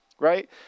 Right